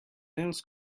else